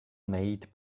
made